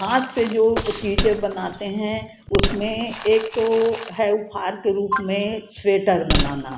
हाथ से जो चीज़ें बनाते हैं उसमें एक तो है उपहार के रूप में स्वेटर बनाना